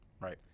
Right